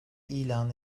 ilan